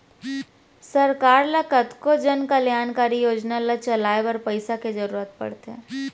सरकार ल कतको जनकल्यानकारी योजना ल चलाए बर पइसा के जरुरत पड़थे